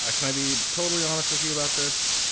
ah can i be totally honest with you about this?